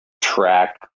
track